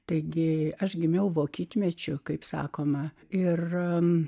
taigi aš gimiau vokietmečiu kaip sakoma ir